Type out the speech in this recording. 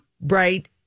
bright